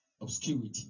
obscurity